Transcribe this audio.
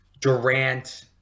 Durant